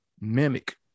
mimic